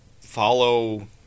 follow